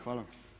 Hvala.